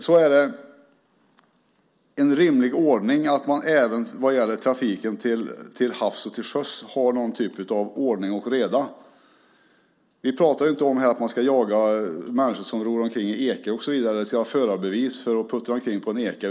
Det är en rimlig ordning att man även vad gäller trafiken till sjöss har någon form av ordning och reda. Vi pratar inte om att man ska jaga människor som ror omkring i ekor eller att det ska krävas förarbevis för att man ska få puttra omkring i en eka.